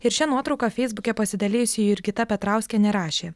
ir šia nuotrauka feisbuke pasidalijusi jurgita petrauskienė rašė